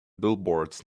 billboards